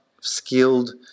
skilled